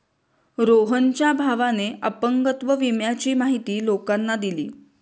रोहनच्या भावाने अपंगत्व विम्याची माहिती लोकांना दिली